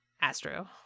Astro